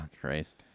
Christ